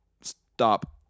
stop